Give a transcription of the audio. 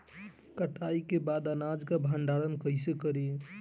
कटाई के बाद अनाज का भंडारण कईसे करीं?